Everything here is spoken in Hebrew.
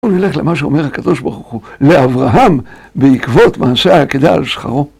בואו נלך למה שאומר הקדוש ברוך הוא לאברהם בעקבות מעשה העקדה על שכרו.